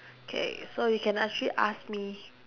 K so you can actually ask me